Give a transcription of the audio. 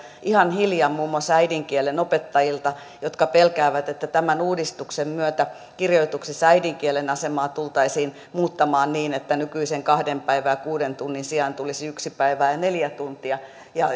ihan hiljan muun muassa äidinkielen opettajilta jotka pelkäävät että tämän uudistuksen myötä kirjoituksissa äidinkielen asemaa tultaisiin muuttamaan niin että nykyisen kahden päivän ja kuuden tunnin sijaan tulisi yksi päivä ja ja neljä tuntia